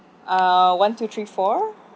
ah one two three four